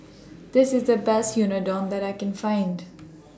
This IS The Best Unadon that I Can Find